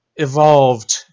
evolved